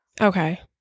Okay